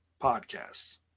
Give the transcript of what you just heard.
podcasts